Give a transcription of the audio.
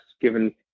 given